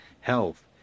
Health